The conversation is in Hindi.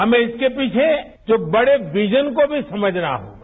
हमें इसके पीछे जो बड़े वीजन को भी समझना होगा